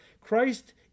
Christ